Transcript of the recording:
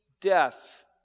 death